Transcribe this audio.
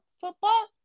football